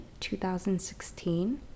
2016